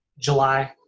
July